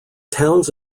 towns